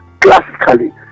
classically